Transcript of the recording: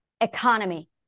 economy